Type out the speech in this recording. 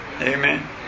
Amen